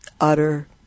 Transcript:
utter